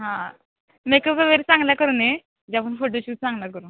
हां मेकअप वगैरे चांगल्या करून ये जे आपण फोटोशूट चांगला करू